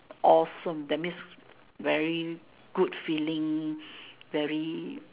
awesome that means very good feelings very